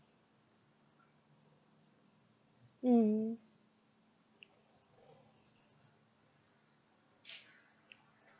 mm